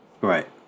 Right